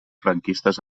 franquistes